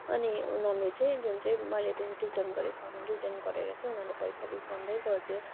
अनि उनीहरूले चाहिँ जुन चाहिँ मैले त्यो रिटर्न गरेँ सामान गरेर चाहिँ उनीहरूले पैसा रिफान्डै गरिदियो